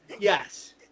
Yes